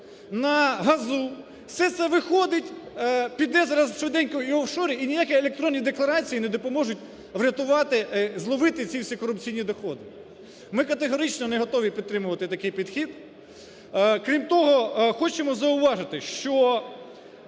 на газу. Все це виходить, піде зараз швиденько в офшори. І ніякі електронні декларації не допоможуть врятувати, зловити всі ці корупційні доходи. Ми категорично не готові підтримувати такий підхід. Крім того, хочемо зауважити, що